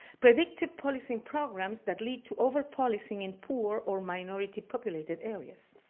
predictive policing programs that lead to over policing in poor or minority populated areas.